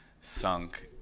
sunk